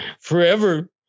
forever